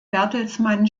bertelsmann